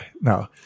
no